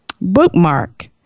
bookmark